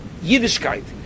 yiddishkeit